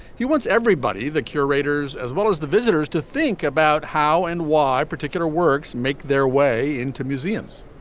he wants everybody. the curators as well as the visitors to think about how and why particular works make their way into museums.